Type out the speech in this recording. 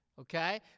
okay